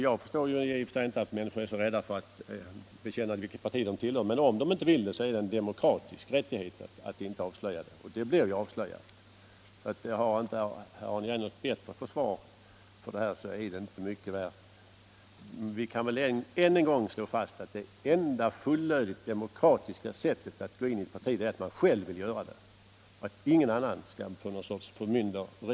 Jag förstår i och för sig inte att människor är så rädda för att bekänna vilket parti de tillhör, men om de inte vill det så är det en demokratisk rättighet att inte behöva avslöja det. Har Arne Geijer inte något annat att komma med så är hans försvar inte mycket värt. Vi kan väl än en gång slå fast att det enda demokratiskt fullödiga sättet att gå in i ett parti är att själv anmäla att man vill vara medlem. Ingen annan skall bestämma det genom någon sorts förmynderi.